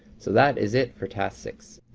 so that is it for task six.